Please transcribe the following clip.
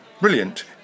brilliant